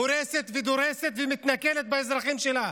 הורסת ודורסת ומתנכלת לאזרחים שלה.